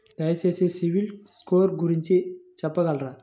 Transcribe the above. దయచేసి CIBIL score గురించి చెప్పగలరా?